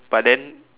but then